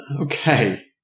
Okay